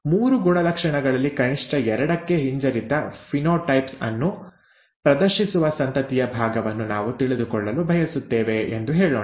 ಮೂರು ಗುಣಲಕ್ಷಣಗಳಲ್ಲಿ ಕನಿಷ್ಠ ಎರಡಕ್ಕೆ ಹಿಂಜರಿತ ಫಿನೋಟೈಪ್ಸ್ ಅನ್ನು ಪ್ರದರ್ಶಿಸುವ ಸಂತತಿಯ ಭಾಗವನ್ನು ನಾವು ತಿಳಿದುಕೊಳ್ಳಲು ಬಯಸುತ್ತೇವೆ ಎಂದು ಹೇಳೋಣ